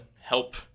help